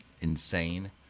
insane